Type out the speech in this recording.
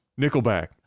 Nickelback